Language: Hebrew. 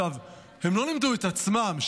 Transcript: והם לא לימדו את עצמם,